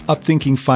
Upthinking